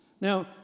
Now